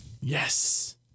yes